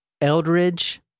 Eldridge